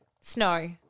snow